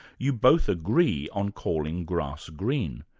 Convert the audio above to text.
you both agree on calling grass green,